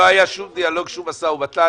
לא היה שום דיאלוג, שום משא ומתן.